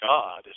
God